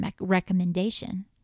recommendation